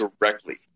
directly